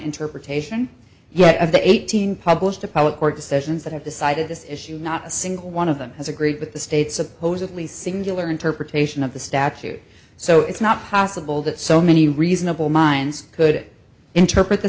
interpretation yet of the eighteen published appellate court decisions that have decided this issue not a single one of them has agreed with the state's supposedly singular interpretation of the statute so it's not possible that so many reasonable minds could interpret the